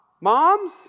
Moms